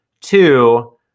Two